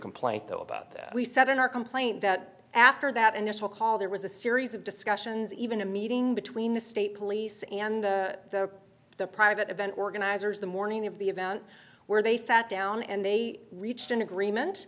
complaint though about that we said in our complaint that after that initial call there was a series of discussions even a meeting between the state police and the private event organizers the morning of the event where they sat down and they reached an agreement